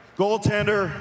goaltender